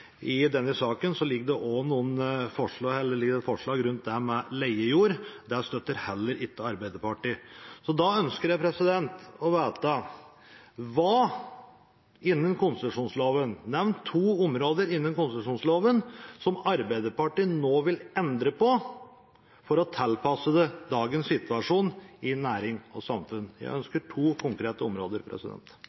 I denne saken ligger det også et forslag rundt dette med leiejord. Det støtter heller ikke Arbeiderpartiet. Da ønsker jeg å vite: Hva innen konsesjonsloven, nevn to områder, vil Arbeiderpartiet nå endre på for å tilpasse det til dagens situasjon i næring og samfunn? Jeg ønsker to konkrete områder.